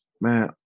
Man